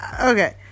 okay